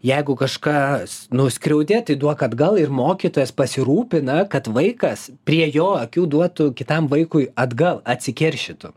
jeigu kažkas nuskriaudė tai duok atgal ir mokytojas pasirūpina kad vaikas prie jo akių duotų kitam vaikui atgal atsikeršytų